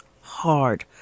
hard